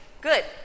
Good